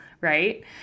Right